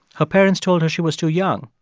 her parents told her she was too young,